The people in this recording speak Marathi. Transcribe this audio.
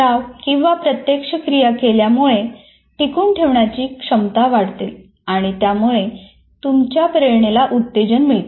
सराव किंवा प्रत्यक्ष क्रिया केल्यामुळे टिकून ठेवण्याची क्षमता वाढते आणि यामुळे तुमच्या प्रेरणेला उत्तेजन मिळते